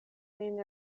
nin